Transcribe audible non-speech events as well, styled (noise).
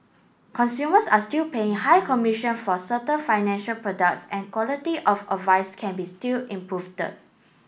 consumers are still paying high commissions for certain financial products and quality of advice can be improve (unintelligible)